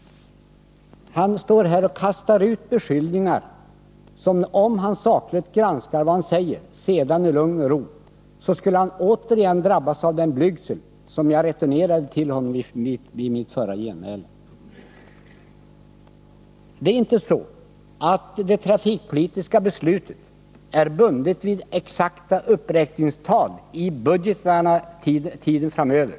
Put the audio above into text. Han står här och kastar ut beskyllningar. Om han sedan i lugn och ro granskar vad han sagt, måste han återigen drabbas av den blygsel jag returnerade till honom vid mitt förra genmäle. Det trafikpolitiska beslutet är inte bundet vid exakta uppräkningstal i budgetarna tiden framöver.